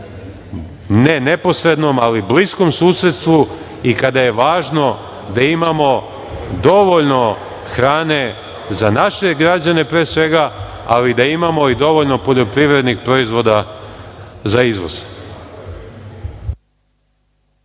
ne neposrednom, ali bliskom susedstvu i kada je važno da imamo dovoljno hrane za naše građane pre svega, ali da imamo i dovoljno poljoprivrednih proizvoda za izvoz.